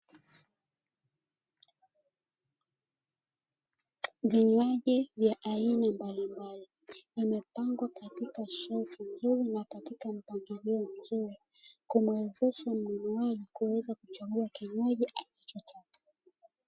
Vinywaji vya aina mbalimbali vimepangwa katika shelfu nyuma katika mpangilio mzuri , kumwezesha mnunuaji kuweza kuchagua kinywaji anachotaka.